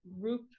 group